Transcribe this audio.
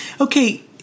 Okay